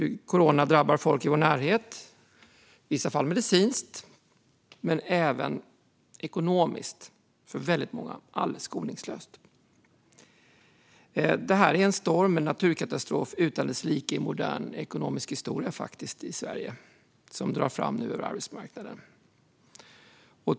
Corona drabbar folk i vår närhet, i vissa fall medicinskt men även ekonomiskt. För väldigt många är det alldeles skoningslöst. Detta är en storm, en naturkatastrof, utan dess like i svensk modern ekonomisk historia som nu drar fram över arbetsmarknaden.